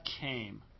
came